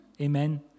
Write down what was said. Amen